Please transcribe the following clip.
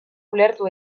ulertu